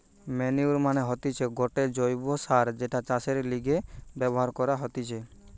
manure মানে হতিছে গটে জৈব্য সার যেটা চাষের লিগে ব্যবহার করা হতিছে